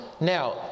Now